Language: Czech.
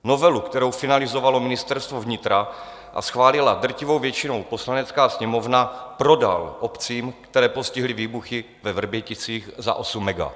Novelu, kterou finalizovalo Ministerstvo vnitra a schválila drtivou většinou Poslanecká sněmovna, prodal obcím, které postihly výbuchy ve Vrběticích, za osm mega.